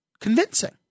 convincing